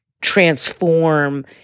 transform